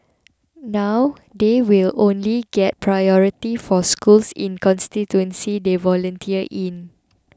now they will only get priority for schools in the constituencies they volunteer in